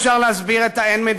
איך אפשר להסביר את האין-מדיניות?